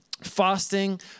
Fasting